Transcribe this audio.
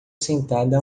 sentada